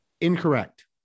Incorrect